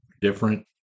different